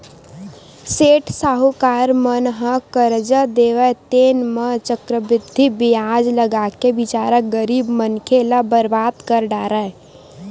सेठ साहूकार मन ह करजा देवय तेन म चक्रबृद्धि बियाज लगाके बिचारा गरीब मनखे ल बरबाद कर डारय